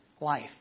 life